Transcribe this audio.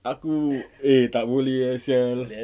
aku eh tak boleh lah [sial]